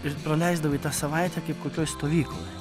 ir praleisdavai tą savaitę kaip kokioj stovykloj